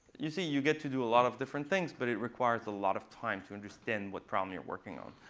you see, you get to do a lot of different things. but it requires a lot of time to understand what problem you're working on.